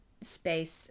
space